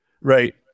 Right